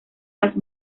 las